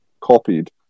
copied